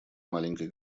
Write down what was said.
маленькой